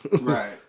Right